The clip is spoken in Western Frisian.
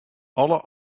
alle